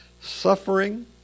suffering